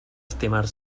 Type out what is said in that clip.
estimar